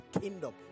kingdom